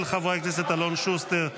של חברי הכנסת אלון שוסטר,